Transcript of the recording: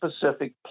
specific